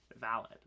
valid